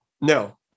No